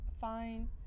fine